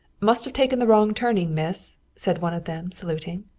must have taken the wrong turning, miss, said one of them, saluting.